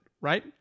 right